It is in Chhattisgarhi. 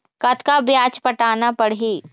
कतका ब्याज पटाना पड़ही?